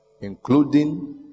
Including